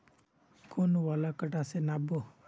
कौन वाला कटा से नाप बो?